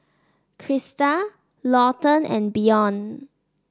Krysta Lawton and Bjorn